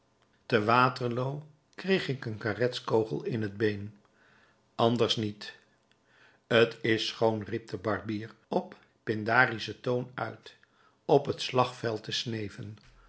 te waterloo kreeg ik een kartetskogel in t been anders niet t is schoon riep de barbier op pindarischen toon uit op het slagveld te sneven